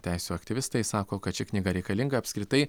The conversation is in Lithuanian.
teisių aktyvistai sako kad ši knyga reikalinga apskritai